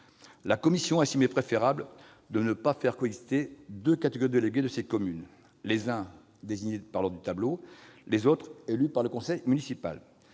La commission a estimé préférable de ne pas faire coexister deux catégories de délégués de ces communes, les uns désignés dans l'ordre du tableau, les autres élus par le conseil municipal.